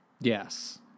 Yes